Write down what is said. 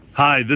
Hi